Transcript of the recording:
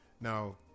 Now